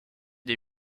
des